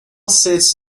sits